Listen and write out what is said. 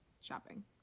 Shopping